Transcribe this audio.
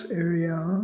area